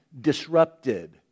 disrupted